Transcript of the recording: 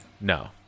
No